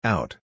Out